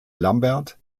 lambert